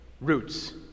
roots